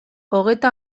hogeita